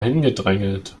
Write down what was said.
hingedrängelt